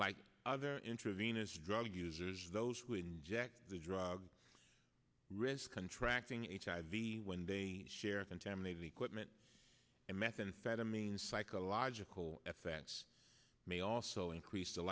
like other intravenous drug users those who inject the drug risk contracting h i v when they share contaminated equipment and methamphetamine psychological effects may also increase the